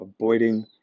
avoiding